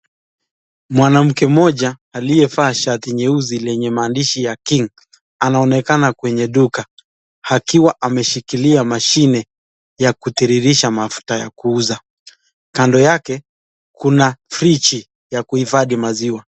Mwanamke mmoja aliyevaa shati nyeusi lenye maandishi ya King anaonekana kwenye duka, akiwa ameshikilia mashine ya kutiririsha mafuta ya kuuza, kando yake kuna friji ya kuhifadhi maziwa.